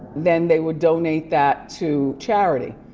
then they would donate that to charity.